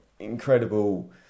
Incredible